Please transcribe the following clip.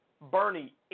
Bernie